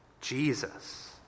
Jesus